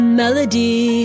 Melody